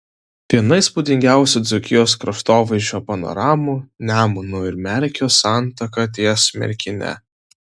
viena įspūdingiausių dzūkijos kraštovaizdžio panoramų nemuno ir merkio santaka ties merkine